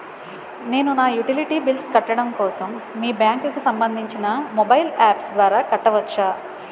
నేను నా utility bills కట్టడం కోసం మీ బ్యాంక్ కి సంబందించిన మొబైల్ అప్స్ ద్వారా కట్టవచ్చా?